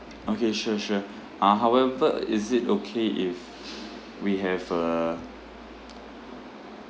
okay sure sure uh however is it okay if we have uh